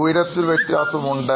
ഉയരത്തിൽ വ്യത്യാസമുണ്ട്